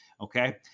Okay